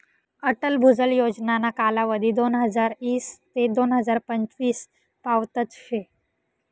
अटल भुजल योजनाना कालावधी दोनहजार ईस ते दोन हजार पंचवीस पावतच शे